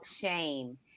shame